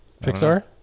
Pixar